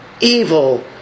evil